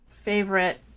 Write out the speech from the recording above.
Favorite